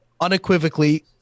unequivocally